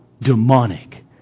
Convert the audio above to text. demonic